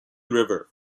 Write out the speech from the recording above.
river